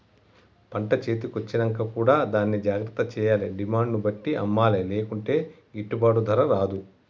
పంట చేతి కొచ్చినంక కూడా దాన్ని జాగ్రత్త చేయాలే డిమాండ్ ను బట్టి అమ్మలే లేకుంటే గిట్టుబాటు ధర రాదు